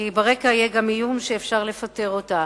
כי ברקע יהיה גם האיום שאפשר לפטר אותה.